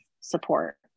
support